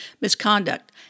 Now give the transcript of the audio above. misconduct